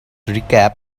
recap